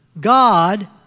God